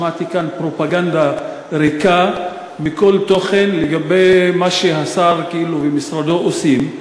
שמעתי כאן פרופגנדה ריקה מכל תוכן לגבי מה שהשר ומשרדו כאילו עושים.